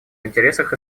интересах